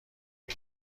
این